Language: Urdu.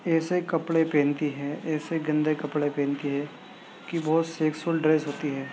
ایسے کپڑے پہنتی ہیں ایسے گندے کپڑے پہنتی ہیں کہ وہ سیکسول ڈریس ہوتی ہے